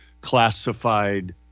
classified